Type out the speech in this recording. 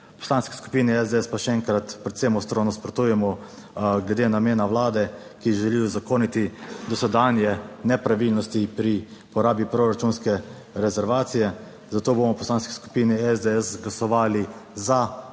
Poslanski skupini SDS pa še enkrat predvsem ostro nasprotujemo glede namena Vlade, ki želi uzakoniti dosedanje nepravilnosti pri porabi proračunske rezervacije, zato bomo v Poslanski skupini SDS glasovali za veto